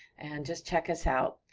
and just check us out.